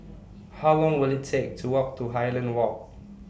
How Long Will IT Take to Walk to Highland Walk